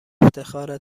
افتخار